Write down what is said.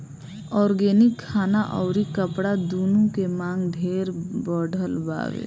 organic खाना अउरी कपड़ा दूनो के मांग ढेरे बढ़ल बावे